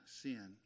sin